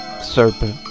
Serpent